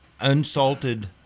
Unsalted